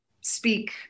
speak